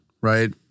right